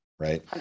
Right